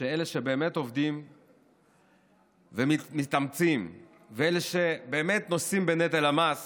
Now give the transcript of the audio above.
שאלה שבאמת עובדים ומתאמצים ואלה שבאמת נושאים בנטל המס